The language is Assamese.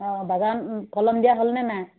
অঁ বাগান কলম দিয়া হ'লনে নাই